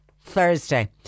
Thursday